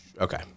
Okay